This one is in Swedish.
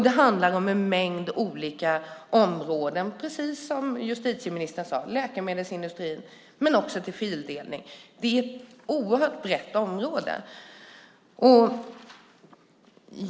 Den handlar om en mängd olika områden, precis som justitieministern sade. Det handlar om läkemedelsindustrin men också om fildelning. Det är ett oerhört brett område.